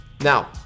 Now